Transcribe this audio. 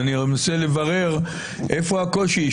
אני מנסה לברר איפה הקושי.